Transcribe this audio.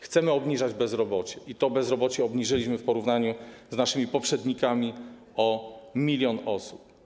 Chcemy obniżać bezrobocie i to bezrobocie obniżyliśmy w porównaniu z naszymi poprzednikami o milion osób.